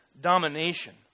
domination